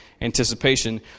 anticipation